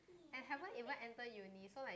I haven't even enter uni so like